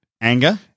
Anger